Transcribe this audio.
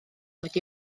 wedi